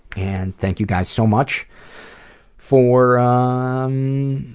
and thank you guys so much for um,